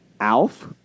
ALF